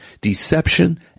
deception